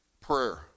prayer